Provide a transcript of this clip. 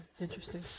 interesting